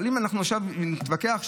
אבל אם עכשיו נתווכח,